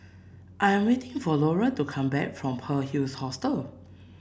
I am waiting for Lola to come back from Pearl's Hill Hostel